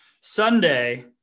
Sunday